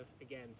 Again